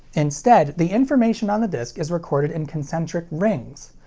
instead, the information on the disc is recorded in concentric rings.